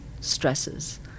stresses